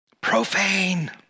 profane